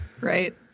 right